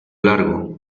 largo